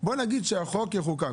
נגיד שהחוק יחוקק.